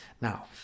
Now